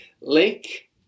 Lake